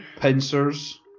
pincers